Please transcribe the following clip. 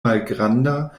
malgranda